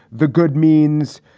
the good means,